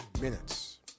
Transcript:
minutes